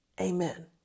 Amen